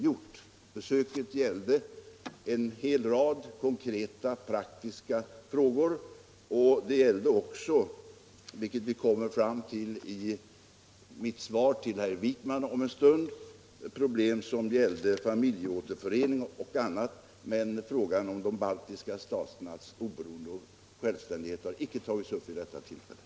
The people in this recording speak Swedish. Vid besöket avhandlades en hel rad konkreta praktiska frågor, och man behandlade också — vilket jag kommer att ta upp i mitt svar till herr Wijkman om en stund — problem i samband med familjeåterförening och annat. Frågan om de baltiska staternas oberoende och självständighet har emellertid icke tagits upp vid detta tillfälle.